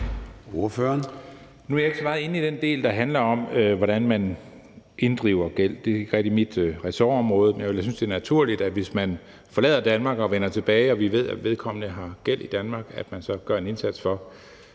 Nu er jeg ikke så meget inde i den del, der handler om, hvordan vi inddriver gæld. Det er ikke rigtig mit ressortområde. Men jeg vil da synes, det er naturligt, at hvis man forlader Danmark og man vender tilbage – og vi ved, at man har gæld i Danmark – så gør vi en indsats for